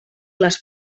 les